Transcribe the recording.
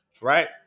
right